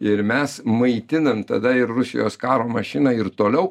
ir mes maitinam tada ir rusijos karo mašiną ir toliau